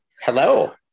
Hello